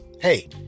Hey